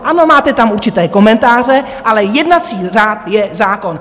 Ano, máte tam určité komentáře, ale jednací řád je zákon.